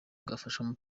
bwafasha